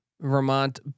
Vermont